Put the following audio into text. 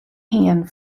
hiene